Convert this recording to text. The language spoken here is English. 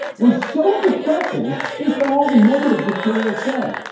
was so depressing. based on all the negative material, said,